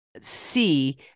see